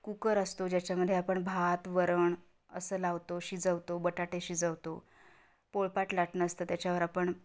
cooker असतो ज्याच्यामध्ये आपण भात वरण असं लावतो शिजवतो बटाटे शिजवतो पोळपाट लाटणं असतं त्याच्यावर आपण